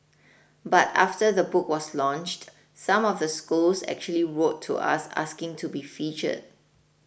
but after the book was launched some of the schools actually wrote to us asking to be featured